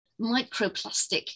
microplastic